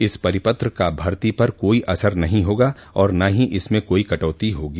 इस परिपत्र का भर्ती पर कोई असर नहीं होगा और न ही इसमें कोई कटौती होगी